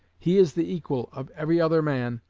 he is the equal of every other man,